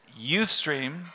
Youthstream